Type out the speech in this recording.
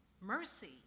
Mercy